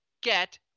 get